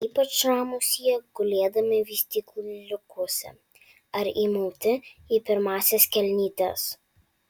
ypač ramūs jie gulėdami vystykliukuose ar įmauti į pirmąsias kelnytes